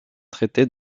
traités